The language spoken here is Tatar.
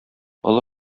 олы